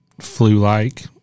flu-like